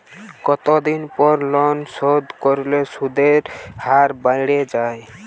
কতদিন পর লোন শোধ করলে সুদের হার বাড়ে য়ায়?